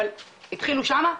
אבל התחילו שם,